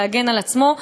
להגן על עצמו.